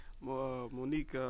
Monique